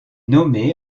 nommé